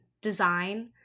design